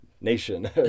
nation